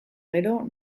gero